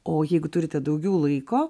o jeigu turite daugiau laiko